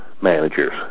managers